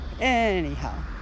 anyhow